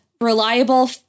reliable